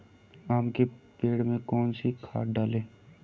आम के पेड़ में कौन सी खाद डालें?